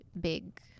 big